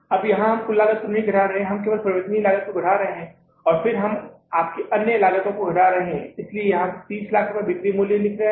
अब हम यहां कुल लागत को घटा नहीं रहे हैं हम केवल परिवर्तनीय लागत को घटा रहे हैं और फिर हम आपकी अन्य लागत को घटा रहे हैं इसलिए हम यहां बिक्री मूल्य 30 लाख ले रहे हैं